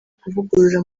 kuvugurura